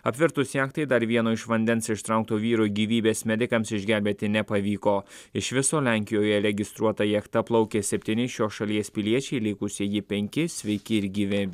apvirtus jachtai dar vieno iš vandens ištraukto vyro gyvybės medikams išgelbėti nepavyko iš viso lenkijoje registruota jachta plaukė septyni šios šalies piliečiai likusieji penki sveiki ir gyvi